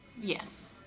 Yes